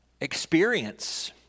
experience